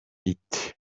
ite